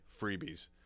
freebies